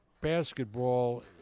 basketball